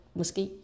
måske